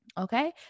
Okay